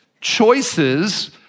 choices